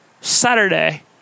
Saturday